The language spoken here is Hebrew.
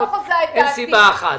אין סיבה אחת.